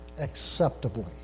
acceptably